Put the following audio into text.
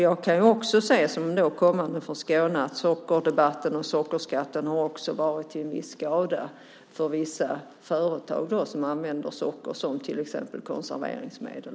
Jag kan också, såsom kommande från Skåne, se att debatten om sockerskatten har varit till viss skada för en del företag som använder socker som till exempel konserveringsmedel.